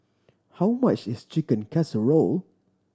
how much is Chicken Casserole